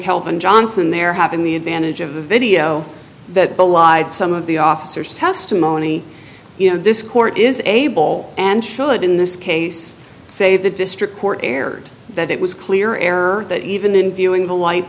calvin johnson they're having the advantage of the video that belied some of the officers testimony you know this court is able and should in this case say the district court erred that it was clear air that even in viewing the light